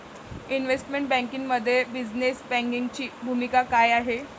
Investment बँकिंगमध्ये business बँकिंगची भूमिका काय आहे?